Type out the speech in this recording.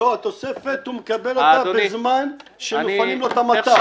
לא, הוא מקבל את התוספת בזמן שמפנים לו את המטע.